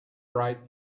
right